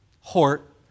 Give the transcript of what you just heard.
Hort